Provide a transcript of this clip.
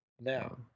Now